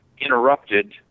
interrupted